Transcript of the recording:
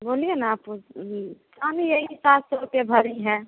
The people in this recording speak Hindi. बोलिए ना आप हमें यही सात सौ रुपया भरी है